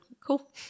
cool